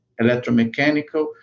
electromechanical